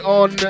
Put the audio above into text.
on